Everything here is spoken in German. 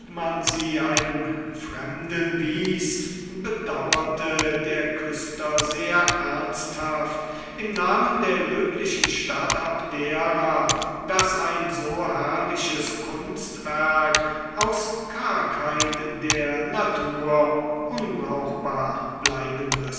man sie einem fremden wies bedauerte der küster sehr ernsthaft im namen der löblichen stadt abdera daß ein so herrliches kunstwerk aus kargheit der natur unbrauchbar bleiben